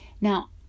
Now